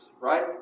right